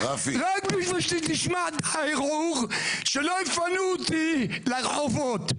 רק בשביל שתשמע את הערעור שלא יפנו אותי לרחובות?